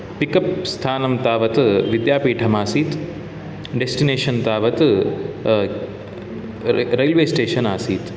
pickup स्थानं तावत् विद्यापीठमासीत् डेस्टिनेशन् तावत् र् रैल्वेस्टेशन् आसीत्